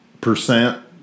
percent